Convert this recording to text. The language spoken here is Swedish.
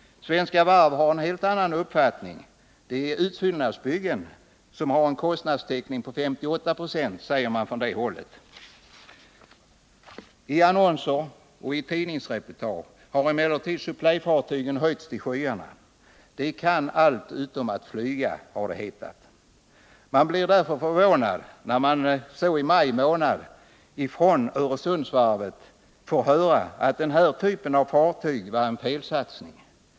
Svenska Varv har en helt annan uppfattning. Det är utfyllnadsbyggen som har en kostnadstäckning på 58 26, heter det från det hållet. I annonser och i tidningsreportage har emellertid sypplyfartygen höjts till skyarna. De kan allt utom att flyga, har det hetat. Man blir därför förvånad, när man så i maj månad i år får höra från Öresundsvarvet att den här typen av fartyg var en felsatsning.